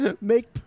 Make